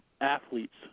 athletes